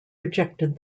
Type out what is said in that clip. rejected